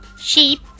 Sheep